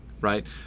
right